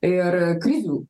ir krizių